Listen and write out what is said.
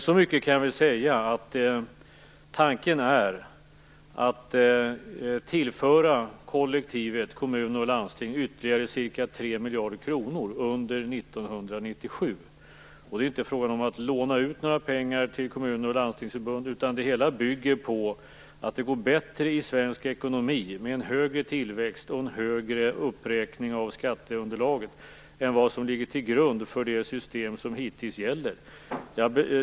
Så mycket kan jag säga att tanken är att tillföra kollektivet kommuner och landsting ytterligare ca 3 miljarder kronor under 1997. Det är inte fråga om att låna ut pengar till Kommun och Landstingsförbunden, utan det hela bygger på att det går bättre i svensk ekonomi med en högre tillväxt och en högre uppräkning av skatteunderlaget än som ligger till grund för det system som gällt hittills.